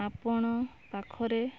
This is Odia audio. ଆପଣ ପାଖରେ